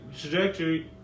trajectory